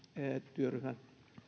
työryhmän